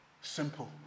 Simple